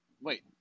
Wait